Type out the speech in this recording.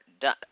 done